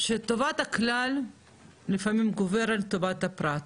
שטובת הכלל לפעמים גוברת על טובת הפרט.